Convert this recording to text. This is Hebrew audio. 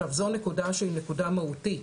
זו נקודה שהיא נקודה מהותית,